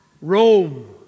Rome